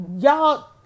Y'all